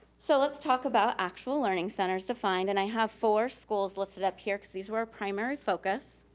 so let's talk about actual learning centers defined. and i have four schools listed up here cause these were our primary focus.